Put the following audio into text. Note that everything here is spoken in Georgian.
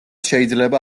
შეიძლება